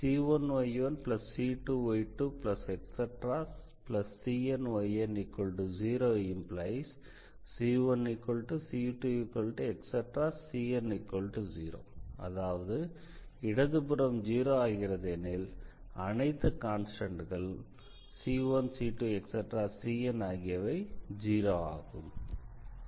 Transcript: c1y1c2y2⋯cnyn0⇒c1c2⋯cn0 அதாவது இடதுபுறம் 0 ஆகிறது எனில் அனைத்து கான்ஸ்டண்ட்கள் c1c2cn ஆகியவை 0 ஆகும்